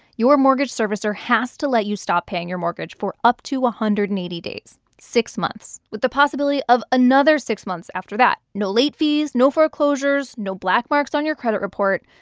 your mortgage servicer has to let you stop paying your mortgage for up to one ah hundred and eighty days six months with the possibility of another six months after that no late fees, no foreclosures, no black marks on your credit report.